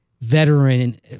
veteran